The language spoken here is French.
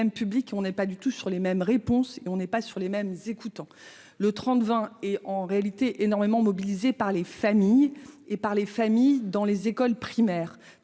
publics on n'est pas du tout sur les mêmes réponses et on n'est pas sur les mêmes écoutant le 30 20 et en réalité énormément mobilisées par les familles et par les familles, dans les écoles primaires